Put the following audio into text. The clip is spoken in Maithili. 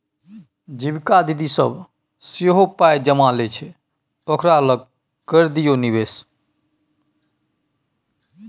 जीविका दीदी सभ सेहो पाय जमा लै छै ओकरे लग करि दियौ निवेश